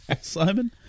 Simon